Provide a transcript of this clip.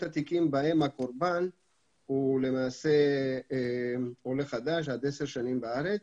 התיקים בהם הקורבן הוא למעשה עולה חדש שנמצא עד 10 שנים בארץ.